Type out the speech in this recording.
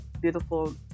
beautiful